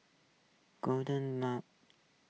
golden mom